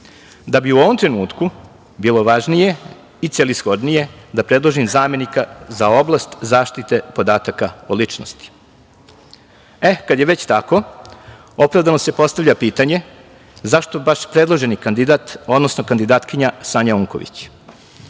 da bi u ovom trenutku bilo važnije i celishodnije da predložim zamenika za oblast zaštite podataka o ličnosti. Kada je već tako, opravdano se postavlja pitanje – zašto baš predloženi kandidat, odnosno kandidatkinja Sanja Unković.